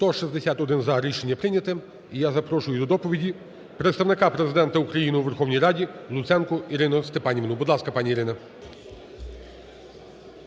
За-161 Рішення прийнято. І я запрошую до доповіді Представника Президента України у Верховній Раді Луценко Ірину Степанівну. Будь ласка, пані Ірино.